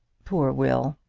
poor will!